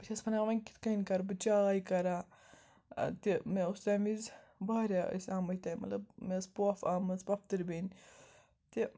بہٕ چھَس وَنان وَنہِ کِتھ کٔنۍ کَرٕ بہٕ چاے کَرا تہِ مےٚ اوس تَمہِ وِزِ وارِیاہ ٲسۍ آمٕتۍ تَے مطلب مےٚ ٲس پۄپھ آمٕژ پۄپھتٕر بیٚنہِ تہِ